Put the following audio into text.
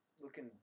looking